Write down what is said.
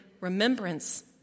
remembrance